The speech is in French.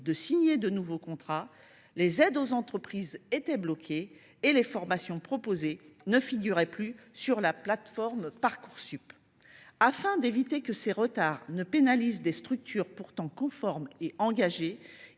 de signer de nouveaux contrats, les aides aux entreprises étaient bloquées et les formations proposées ne figuraient plus sur la plateforme Parcoursup. Afin d’éviter que ces retards ne pénalisent des structures pourtant conformes et engagées,